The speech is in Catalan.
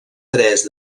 tres